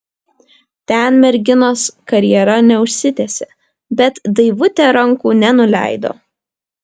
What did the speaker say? ten merginos karjera neužsitęsė bet daivutė rankų nenuleido